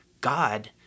God